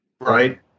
right